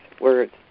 words